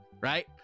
right